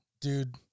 dude